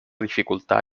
dificultar